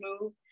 move